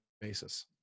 basis